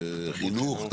חינוך,